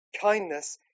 Kindness